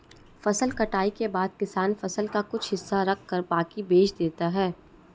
फसल कटाई के बाद किसान फसल का कुछ हिस्सा रखकर बाकी बेच देता है